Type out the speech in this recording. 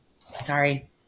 Sorry